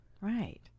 Right